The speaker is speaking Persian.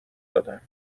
دادن